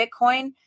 Bitcoin